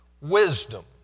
Wisdom